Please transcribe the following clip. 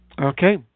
Okay